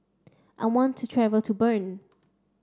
I want to travel to Bern